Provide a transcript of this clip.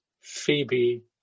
Phoebe